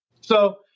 So-